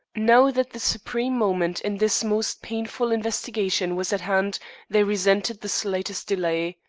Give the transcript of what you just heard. now that the supreme moment in this most painful investigation was at hand they resented the slightest delay.